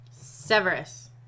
Severus